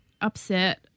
upset